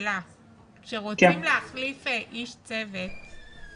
כשרוצים להחליף איש צוות ם